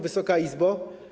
Wysoka Izbo!